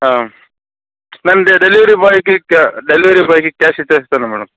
madam delivery బాయ్కి delivery బాయ్కి cash ఇచ్చేస్తాను మేడం